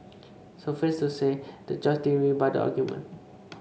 suffice to say the judge didn't really buy the argument